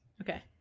Okay